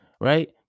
right